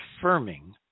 confirming